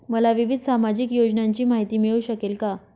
मला विविध सामाजिक योजनांची माहिती मिळू शकेल का?